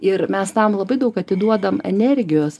ir mes tam labai daug atiduodam energijos